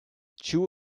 chu